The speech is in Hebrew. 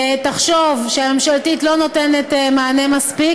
תחשוב שהממשלתית לא נותנת מענה מספיק,